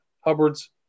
Hubbard's